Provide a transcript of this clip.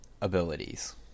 abilities